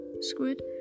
Squid